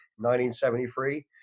1973